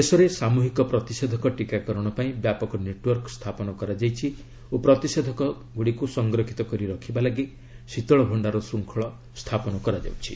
ଦେଶରେ ସାମୁହିକ ପ୍ରତିଷେଧକ ଟିକାକରଣ ପାଇଁ ବ୍ୟାପକ ନେଟ୍ୱର୍କ ସ୍ଥାପନ କରାଯାଇଛି ଓ ପ୍ରତିଷେଧକ ଗୁଡ଼ିକୁ ସଂରକ୍ଷିତ କରି ରଖିବା ଲାଗି ଶୀତଳ ଭଣ୍ଡାର ଶୃଙ୍ଖଳ ସ୍ଥାପନ କରାଯାଉଛି